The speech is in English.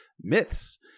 myths